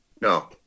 No